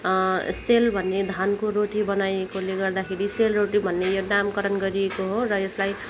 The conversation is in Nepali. सेल भन्ने धानको रोटी बनाइएकोले गर्दाखेरि सेेलरोटी भन्ने यो नामकरण गरिएको हो र यसलाई